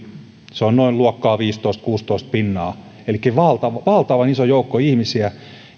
on noin luokkaa viisitoista viiva kuusitoista pinnaa elikkä on valtavan iso joukko ihmisiä